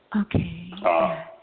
Okay